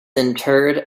interred